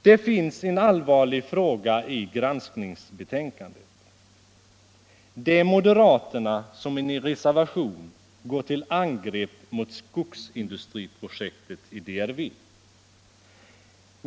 Det finns en allvarlig fråga i granskningsbetänkandet. Det är moderaterna som i en reservation går till angrepp mot skogsindustriprojektet i Demokratiska republiken Vietnam.